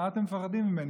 מה אתם מפחדים ממני?